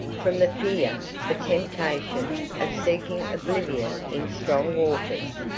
from the fear, the temptation of seeking oblivion in strong waters.